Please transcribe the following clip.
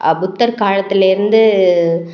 புத்தர் காலத்திலேருந்து